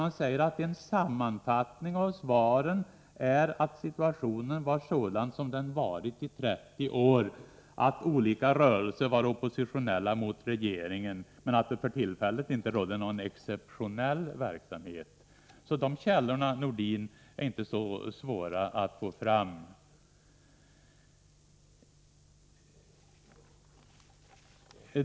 Han säger att en sammanfattning av svaren är att situationen var sådan som den varit i 30 år, att olika rörelser var oppositionella mot regeringen men att det för tillfället inte rådde någon exceptionell verksamhet. De källorna är alltså inte så svåra att få fram, herr Nordin.